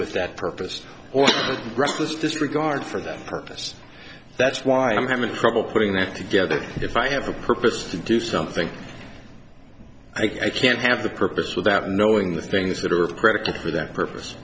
with that purpose or reckless disregard for that purpose that's why i'm having trouble putting that together if i have a purpose to do something i can't have the purpose without knowing the things that are a predicate for that purpose